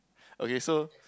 okay so